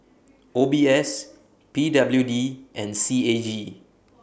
O B S P W D and C A G